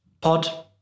Pod